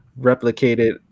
replicated